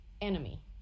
enemy